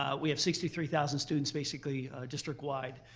ah we have sixty three thousand students basically district-wide.